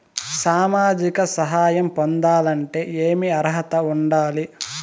సామాజిక సహాయం పొందాలంటే ఏమి అర్హత ఉండాలి?